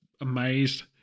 amazed